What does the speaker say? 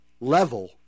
level